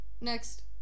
Next